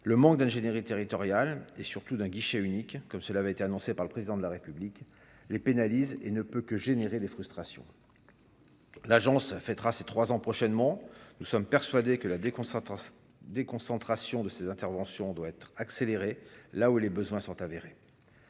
le manque d'ingénierie territoriale et surtout d'un guichet unique, comme cela avait été annoncé par le président de la République, les pénalise et ne peut que générer les frustrations l'Agence fêtera ses 3 ans prochainement, nous sommes persuadés que la déconcentration des concentrations de ses interventions doit être accéléré, là où les besoins sont avérés,